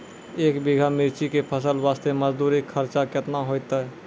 एक बीघा मिर्ची के फसल वास्ते मजदूरी खर्चा केतना होइते?